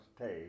take